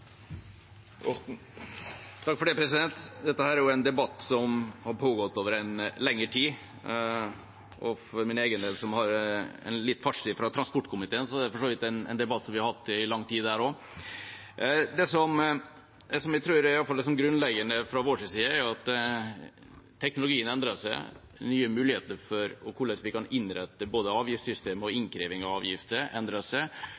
Dette er en debatt som har pågått over lengre tid. For egen del har jeg litt fartstid fra transportkomiteen, det er for så vidt en debatt vi har hatt i lang tid der også. Det jeg fra vår side iallfall tror er grunnleggende, er at teknologien endrer seg, nye muligheter for og hvordan vi kan innrette både avgiftssystemet og innkreving av avgifter, endrer seg.